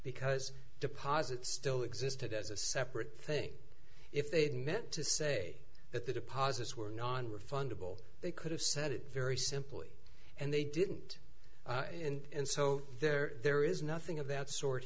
because deposits still existed as a separate thing if they had meant to say that the deposits were nonrefundable they could have said it very simply and they didn't and so there is nothing of that sort